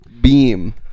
Beam